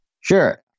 Sure